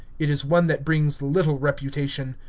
it is one that brings little reputation.